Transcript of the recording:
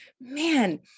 man